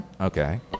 Okay